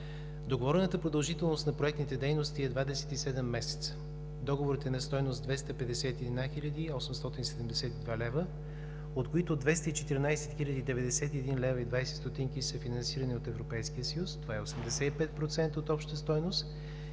Договорената продължителност на проектните дейности е 27 месеца. Договорът е на стойност 251 хил. 872 лв., от които 214 хил. 91,20 лв. са финансирани от Европейския съюз – това е 85% от общата стойност,